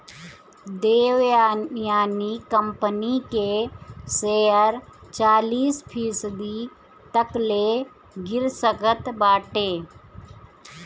Devyani company के share चालीस फीसदी तकले गिर सकत बाटे